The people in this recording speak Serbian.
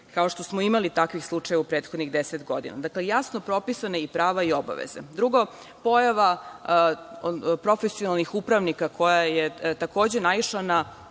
jer smo imali takvih slučajeva u prethodnih 10 godina. Dakle, jasno su propisana prava i obaveze. Drugo, pojava profesionalnih upravnika koja je, takođe, naišla na